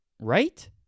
Right